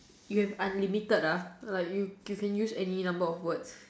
you have unlimited lah like you can use any number of words